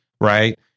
right